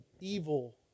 evil